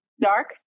dark